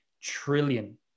trillion